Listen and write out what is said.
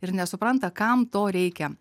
ir nesupranta kam to reikia